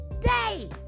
day